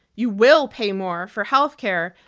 you willpay more for health care,